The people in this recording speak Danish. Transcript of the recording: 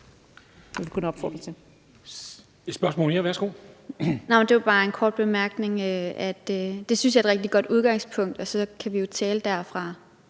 et rigtig godt udgangspunkt, og så kan vi jo tale derfra,